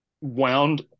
wound